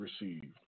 received